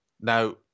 Now